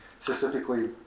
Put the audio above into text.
specifically